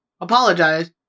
apologize